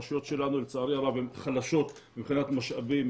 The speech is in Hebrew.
הרשויות שלנו לצערי הרב חלשות מבחינת משאבים,